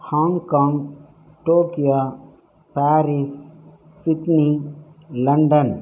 Hong Kong Tokyo Paris Sydney London